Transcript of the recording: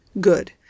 Good